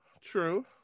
True